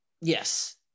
Yes